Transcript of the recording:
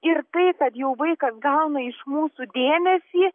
ir tai kad jau vaikas gauna iš mūsų dėmesį